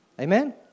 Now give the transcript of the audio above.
Amen